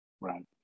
Right